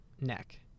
neck